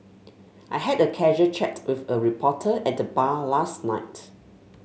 I had a casual chat with a reporter at the bar last night